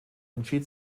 entschied